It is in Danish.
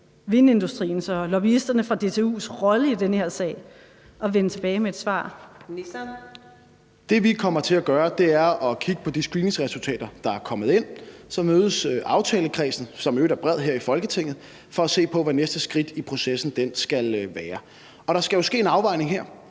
Ministeren for byer og landdistrikter (Morten Dahlin): Det, vi kommer til at gøre, er at kigge på de screeningsresultater, der er kommet ind, og så mødes aftalekredsen, som i øvrigt er bred, her i Folketinget, for at se på, hvad næste skridt i processen skal være. Der skal jo ske en afvejning her,